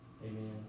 Amen